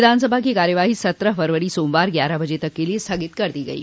विधानसभा की कार्यवाही सत्रह फरवरी सोमवार ग्यारह बजे तक के लिए स्थगित कर दी गयी